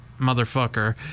motherfucker